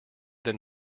than